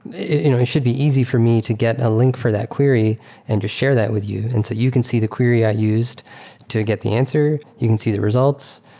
you know it should be easy for me to get a link for that query and to share that with you, and so you can see the query i used it to get the answer. you can see the results.